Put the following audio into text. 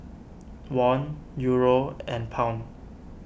Won Euro and Pound